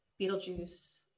Beetlejuice